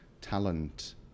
talent